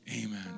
amen